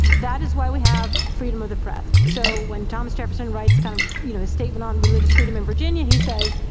that is why we have freedom of the press. so when thomas jefferson writes kind of you know his statement on religious freedom in virginia, he says,